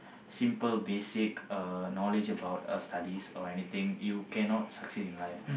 simple basic uh knowledge about studies or anything you cannot succeed in life